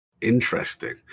Interesting